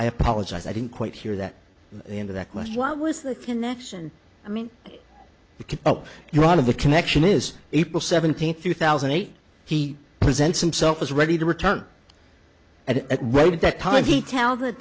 i apologize i didn't quite hear that the end of that question was the connection i mean it could help you out of the connection is april seventeenth two thousand and eight he presents himself as ready to return at right at that time he tell that